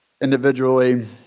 individually